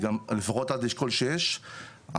לפחות עד לאשכול 6,